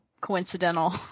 coincidental